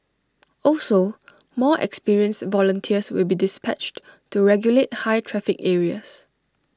also more experienced volunteers will be dispatched to regulate high traffic areas